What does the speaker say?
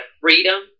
freedom